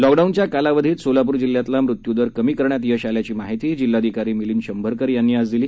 लॉकडाऊनच्या कालावधीत सोलापूर जिल्ह्यातला मृत्यूदर घटवण्यात यश आल्याची माहिती जिल्हाधिकारी मिलिंद शंभरकर यांनी आज दिली